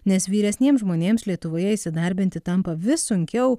nes vyresniems žmonėms lietuvoje įsidarbinti tampa vis sunkiau